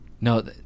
No